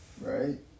Right